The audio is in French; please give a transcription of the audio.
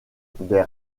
des